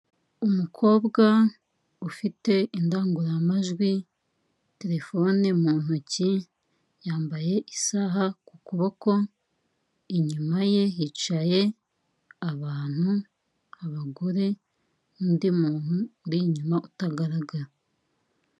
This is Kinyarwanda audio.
Umukobwa ufite indangururamajwi, telefone mu ntoki, yambaye isaha ku kuboko, inyuma ye hicaye abantu, abagore, n'undi muntu uri inyuma utagaragara.